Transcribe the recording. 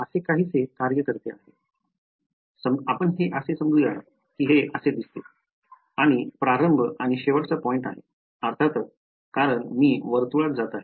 असे काहीसे कार्य आहे की समजूया की हे असे दिसते आहे आणि प्रारंभ आणि शेवटचा पॉईंट आहे अर्थातच कारण मी वर्तुळात जात आहे